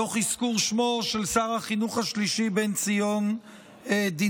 תוך אזכור שמו של שר החינוך השלישי בן-ציון דינור.